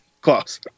Close